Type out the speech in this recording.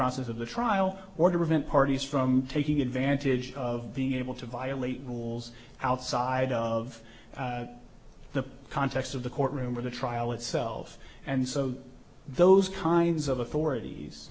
process of the trial or to prevent parties from taking advantage of being able to violate rules outside of the context of the courtroom or the trial itself and so those kinds of authorities